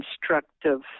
constructive